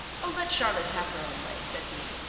oh, let charlotte have her own way said he.